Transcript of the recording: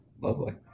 lovely